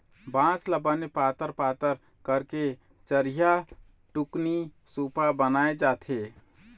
बांस ल बने पातर पातर करके चरिहा, टुकनी, सुपा बनाए जाथे